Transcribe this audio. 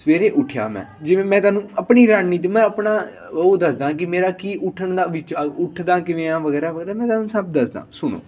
ਸਵੇਰੇ ਉੱਠਿਆ ਮੈਂ ਜਿਵੇਂ ਮੈਂ ਤੁਹਾਨੂੰ ਆਪਣੀ ਰਣਨੀਤੀ ਮੈਂ ਆਪਣਾ ਉਹ ਦੱਸਦਾਂ ਕਿ ਮੇਰਾ ਕੀ ਉੱਠਣ ਦਾ ਵਿਚ ਉੱਠਦਾ ਕਿਵੇਂ ਹਾਂ ਵਗੈਰਾ ਵਗੈਰਾ ਮੈਂ ਤੁਹਾਨੂੰ ਸਭ ਦੱਸਦਾਂ ਸੁਣੋ